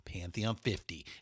Pantheon50